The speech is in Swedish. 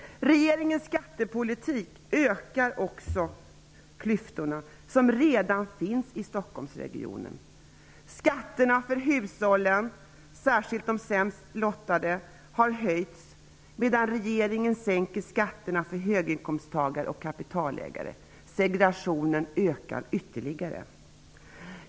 Regeringens skattepolitik ökar också klyftorna, som redan finns i Stockholmsregionen. Skatterna för hushållen, särskilt de sämst lottade, har höjts, medan regeringen sänker skatterna för höginkomsttagare och kapitalägare. Segregationen ökar ytterligare.